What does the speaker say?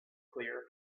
clear